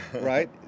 right